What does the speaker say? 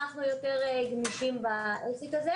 אז מתי תעשו את זה?